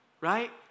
right